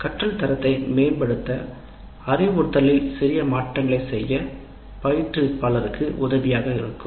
கற்றல் தரத்தை மேம்படுத்த அறிவுறுத்தலில் சிறிய மாற்றங்களைச் செய்ய பயிற்றுவிப்பாளருக்கு உதவியாக இருக்கும்